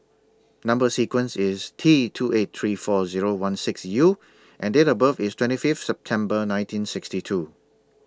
Number sequence IS T two eight three four Zero one six U and Date of birth IS twenty five September nineteen sixty two